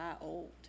old